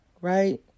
right